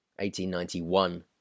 1891